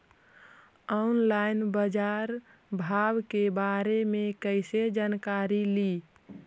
Online बाजार भाव के बारे मे कैसे जानकारी ली?